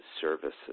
services